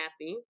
happy